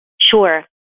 Sure